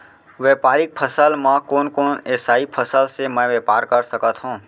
व्यापारिक फसल म कोन कोन एसई फसल से मैं व्यापार कर सकत हो?